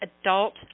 Adult